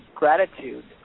gratitude